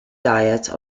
diet